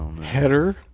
header